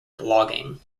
blogging